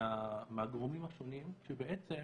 מהגורמים השונים, כשבעצם